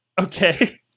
Okay